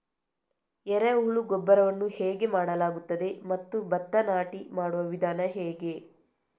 ಎರೆಹುಳು ಗೊಬ್ಬರವನ್ನು ಹೇಗೆ ಮಾಡಲಾಗುತ್ತದೆ ಮತ್ತು ಭತ್ತ ನಾಟಿ ಮಾಡುವ ವಿಧಾನ ಹೇಗೆ?